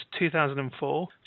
2004